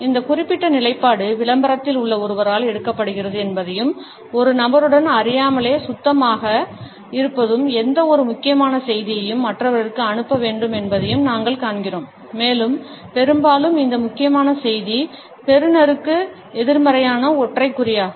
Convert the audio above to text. இந்த குறிப்பிட்ட நிலைப்பாடு விளம்பரத்தில் உள்ள ஒருவரால் எடுக்கப்படுகிறது என்பதையும் ஒரு நபருடன் அறியாமலே சுத்தமாக இருப்பதும் எந்தவொரு முக்கியமான செய்தியையும் மற்றவர்களுக்கு அனுப்ப வேண்டும் என்பதையும் நாங்கள் காண்கிறோம் மேலும் பெரும்பாலும் இந்த முக்கியமான செய்தி பெறுநருக்கு எதிர்மறையான ஒன்றைக் குறிக்கிறது